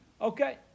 Okay